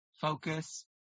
focus